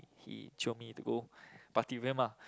he jio me to go party with them ah